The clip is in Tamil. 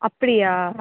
அப்படியா